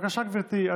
בבקשה, גברתי.